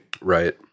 Right